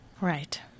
Right